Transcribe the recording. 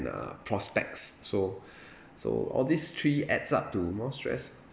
uh prospects so so all these three adds up to more stress